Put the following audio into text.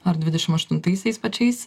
ar dvidešim aštuntaisiais pačiais